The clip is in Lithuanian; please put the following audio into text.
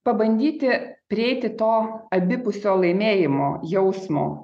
pabandyti prieiti to abipusio laimėjimo jausmo